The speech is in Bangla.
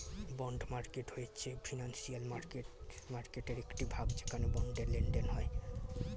বন্ড মার্কেট হয়েছে ফিনান্সিয়াল মার্কেটয়ের একটি ভাগ যেখানে বন্ডের লেনদেন হয়